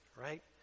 right